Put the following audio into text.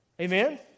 Amen